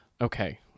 okay